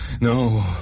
no